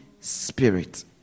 Spirit